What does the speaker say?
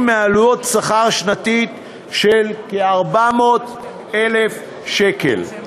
מעלויות שכר שנתי של כ-400,000 שקל.